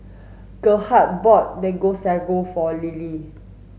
Gerhardt bought mango sago for Lillie